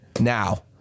Now